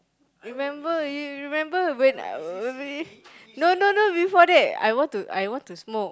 remember you remember when uh be~ no no no before that I want to I want to smoke